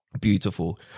beautiful